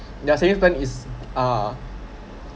their saving plan is uh